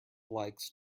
likes